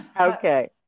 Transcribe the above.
Okay